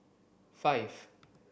five